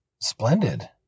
splendid